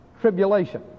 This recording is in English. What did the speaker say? tribulation